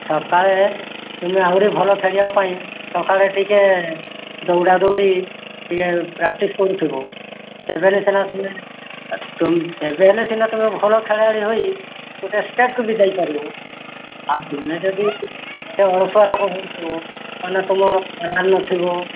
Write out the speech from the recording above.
ସକାଳେ ତୁମେ ଆହୁରି ଭଲ ଖେଳିବା ପାଇଁ ସକାଳେ ଟିକେ ଦୌଡ଼ା ଦୌଡ଼ି ଟିକେ ପ୍ରାକ୍ଟିସ୍ କରୁଥିବୁ ତେବେ ହେଲେ ସିନା ତୁମେ ତେବେ ହେଲେ ସିନା ତୁମେ ଭଲ ଖେଳାଳି ହୋଇ ଗୋଟେ ଷ୍ଟେଟ୍କୁ ଯାଇ ପାରିବ ଆଉ ତୁମେ ଯଦି ଅଳସୁଆ ରକମ ହୋଇଯିବ ତାହେଲେ ତୁମର ନଥିବ